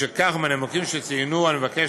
בשל כך ומהנימוקים שציינתי אני מבקש